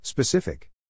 Specific